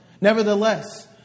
Nevertheless